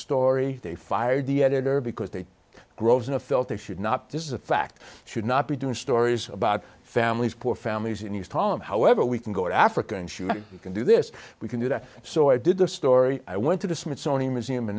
story they fired the editor because they gross and felt they should not this is a fact should not be doing stories about families poor families and use tom however we can go to africa and she can do this we can do that so i did the story i went to the smithsonian museum